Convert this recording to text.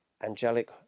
angelic